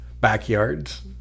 backyards